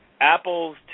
Apples